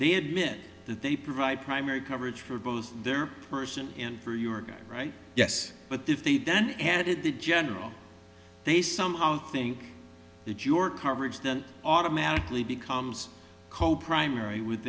they admit that they provide primary coverage for both their person and for your guy right yes but if they then added the general they somehow think that your coverage then automatically becomes co primary with